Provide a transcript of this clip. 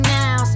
now